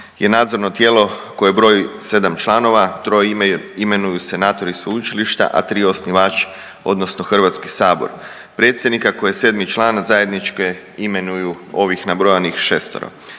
je nadzorno tijelo koje broji 7 članova, 3 imenuju senatori sveučilišta, a 3 osnivač odnosno Hrvatski sabor. Predsjednika koji je 7 član zajednički imenuju ovih nabrojanih šestoro.